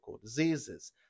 diseases